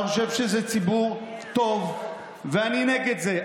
אני חושב שזה ציבור טוב, ואני נגד זה.